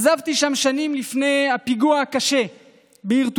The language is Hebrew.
עזבתי שם שנים לפני הפיגוע הקשה בעיר טולוז.